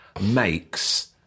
makes